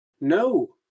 No